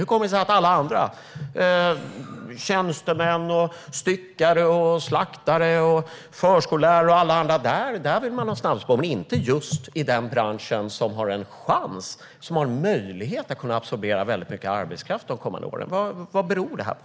Hur kommer det sig att man för alla andra - tjänstemän, styckare, slaktare, förskollärare och alla andra - vill ha snabbspår men inte just i den bransch som har en chans och en möjlighet att absorbera mycket arbetskraft under de kommande åren? Vad beror det på?